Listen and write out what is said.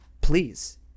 Please